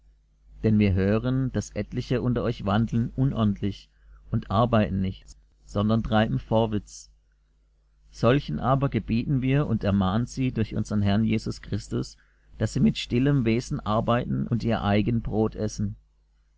denn wir hören daß etliche unter euch wandeln unordentlich und arbeiten nichts sondern treiben vorwitz solchen aber gebieten wir und ermahnen sie durch unsern herrn jesus christus daß sie mit stillem wesen arbeiten und ihr eigen brot essen